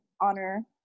honor